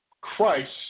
Christ